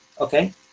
Okay